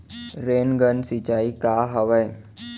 Rain gun सिंचाई का हवय?